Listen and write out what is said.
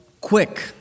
quick